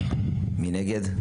2. מי נגד?